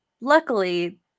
Luckily